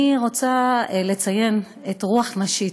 אני רוצה לציין את רוח נשית,